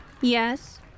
Yes